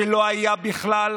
שלא היה בכלל,